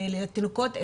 לתינוקות אלה,